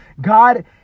God